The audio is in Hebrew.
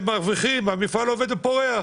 הם מרוויחים, המפעל עובד ופורח.